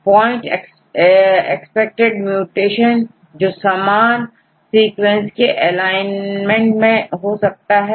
point accepted mutation PAM जो समान sequence के एलाइनमेंट में हो सकता है